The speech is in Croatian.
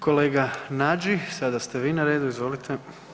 Kolega Nađi, sada ste vi na redu, izvolite.